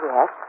Yes